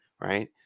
right